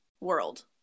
world